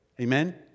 Amen